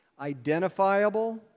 identifiable